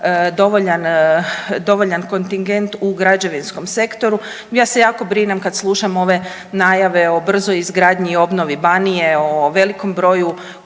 dovoljan kontingent u građevinskom sektoru. Ja se jako brinem kad slušam ove najave o brzoj izgradnji i obnovi Banije, o velikom broju